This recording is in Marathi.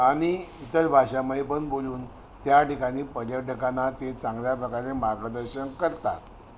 आणि इतर भाषामध्ये पण बोलून त्या ठिकाणी पर्यटकांना ते चांगल्या प्रकारे मार्गदर्शन करतात